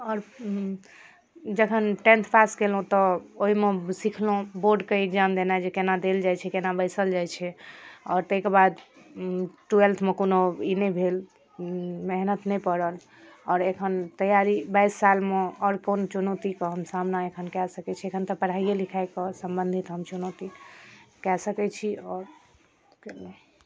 आओर जखन tenth pass कयलहुँ तऽ ओहिमे सिखलहुँ बोर्ड कऽ इक्जाम देनाइ जे केना देल जाइत छै केना बैसल जाइत छै आओर ताहिके बाद ट्वेल्थमे कोनो ई नहि भेल मेहनत नहि पड़ल आओर एखन तैआरी बाइस सालमे आओर कोन चुनौती कऽ हम सामना एखन कै सकैत छी एखन तऽ पढ़ाइए लिखाइ कऽ सम्बन्धित हम चुनौती कै सकैत छी आओर कोनो